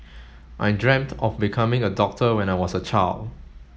I dreamt of becoming a doctor when I was a child